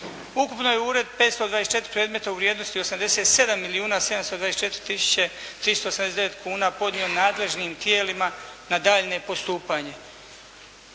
Ukupno je ured 524 predmeta u vrijednosti 87 milijuna 724 tisuće 389 kuna podnio nadležnim tijelima na daljnje postupanje.